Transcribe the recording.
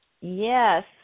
Yes